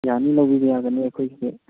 ꯌꯥꯅꯤ ꯂꯧꯕꯤꯕ ꯌꯥꯒꯅꯤ ꯑꯩꯈꯣꯏꯁꯦ